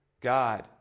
God